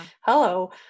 hello